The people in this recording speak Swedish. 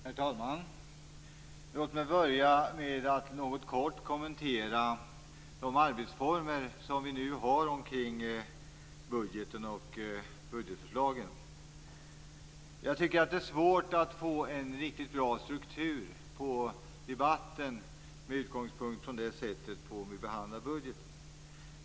Herr talman! Låt mig börja med att kort kommentera de arbetsformer som vi nu har kring budgeten och budgetförslagen. Jag tycker att det är svårt att få en riktigt bra struktur på debatten med utgångspunkt i det sätt som vi behandlar budgeten på.